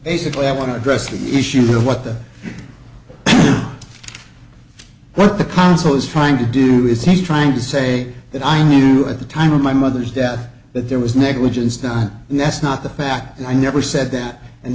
basically i want to address the issue of the what the what the council is trying to do is he's trying to say that i knew at the time of my mother's death that there was negligence done and that's not the fact and i never said that and